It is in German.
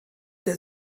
der